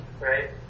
right